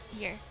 year